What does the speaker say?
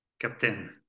Captain